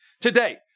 Today